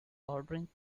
ordering